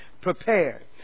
prepared